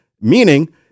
meaning